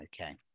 okay